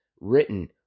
written